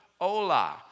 hola